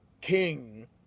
King